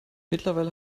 mittlerweile